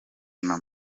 nta